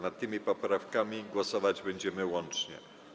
Nad tymi poprawkami głosować będziemy łącznie.